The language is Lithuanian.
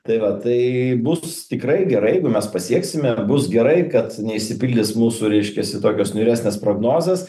tai va tai bus tikrai gerai jeigu mes pasieksime bus gerai kad neišsipildys mūsų reiškiasi tokios niūresnės prognozės